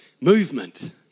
movement